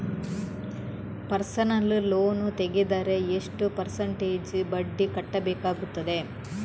Personal loan ತೆಗೆದರೆ ಎಷ್ಟು percentage ಬಡ್ಡಿ ಕಟ್ಟಬೇಕಾಗುತ್ತದೆ?